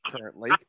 Currently